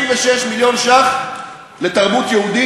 26 מיליון שקלים לתרבות יהודית,